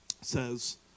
says